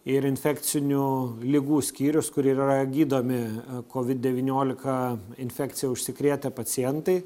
ir infekcinių ligų skyrius kur ir yra gydomi covid devyniolika infekcija užsikrėtę pacientai